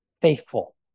faithful